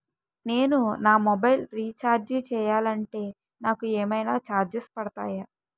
నేను నా mobile recharge చేయాలంటే నాకు ఏమైనా చార్జెస్ పడతాయా?